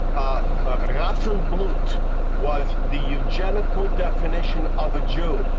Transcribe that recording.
ah ah rassenblut was the eugenical definition of a jew.